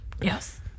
yes